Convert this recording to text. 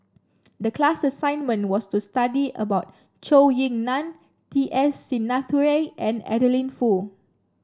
the class assignment was to study about Zhou Ying Nan T S Sinnathuray and Adeline Foo